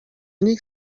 nich